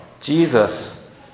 Jesus